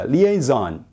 Liaison